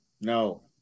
No